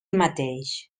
mateix